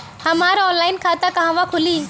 हमार ऑनलाइन खाता कहवा खुली?